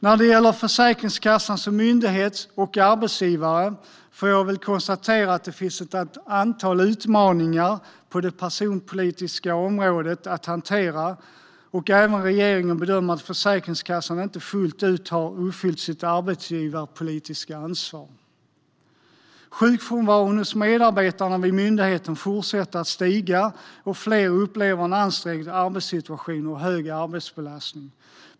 När det gäller Försäkringskassan som myndighet och arbetsgivare får jag väl konstatera att det finns ett antal utmaningar att hantera på det personalpolitiska området. Även regeringen bedömer att Försäkringskassan inte fullt ut har uppfyllt sitt arbetsgivarpolitiska ansvar. Sjukfrånvaron hos medarbetarna vid myndigheten fortsätter att stiga, och fler upplever en ansträngd arbetssituation och hög arbetsbelastning.